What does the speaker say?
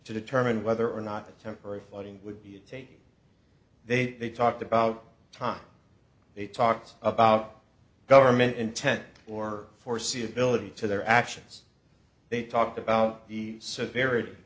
to determine whether or not a temporary funding would be a tape they talked about time they talked about government intent or foreseeability to their actions they talked about the severity